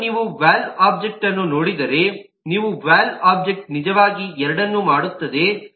ಮತ್ತು ನೀವು ವಾಲ್ವ್ ಒಬ್ಜೆಕ್ಟ್ವನ್ನು ನೋಡಿದರೆ ನೀವು ವಾಲ್ವ್ ಒಬ್ಜೆಕ್ಟ್ ನಿಜವಾಗಿ ಎರಡನ್ನೂ ಮಾಡುತ್ತದೆ